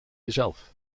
jezelf